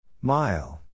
Mile